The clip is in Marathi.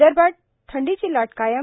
विदर्भात थंडीची लाट कायम